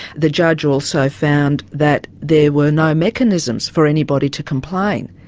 the judge also found that there were no mechanisms for anybody to complain,